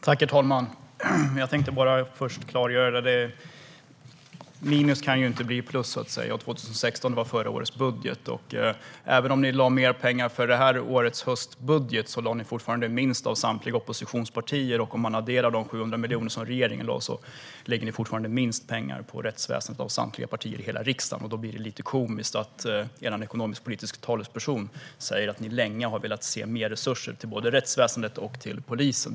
Herr talman! Jag tänkte börja med att klargöra en sak. Minus kan inte bli plus så att säga. 2016 års budget gällde förra året. Även om ni tillförde mer pengar med anledning av detta års höstbudget tillförde ni fortfarande minst av samtliga oppositionspartier. Om man adderar de 700 miljoner som regeringen tillför är ni fortfarande det parti i riksdagen som tillför minst pengar till rättsväsendet. Då blir det lite komiskt att er ekonomisk-politiske talesperson säger att ni länge har velat se mer resurser till både rättsväsendet och till polisen.